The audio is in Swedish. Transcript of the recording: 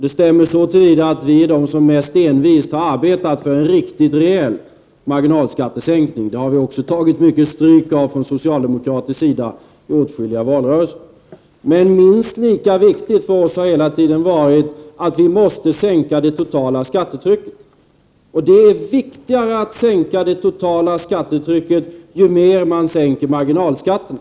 Det stämmer också så till vida att vi är det parti som mest envist har arbetat för en riktigt rejäl marginalskattesänkning. I den frågan har vi också tagit mycket stryk från socialdemokratiskt håll i åtskilliga valrörelser. Minst lika viktigt för oss har emellertid hela tiden varit att vi måste sänka det totala skattetrycket. Det är viktigare att sänka det totala skattetrycket ju mer man sänker marginalskatterna.